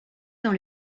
dans